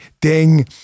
Ding